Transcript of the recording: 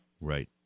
Right